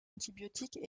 antibiotiques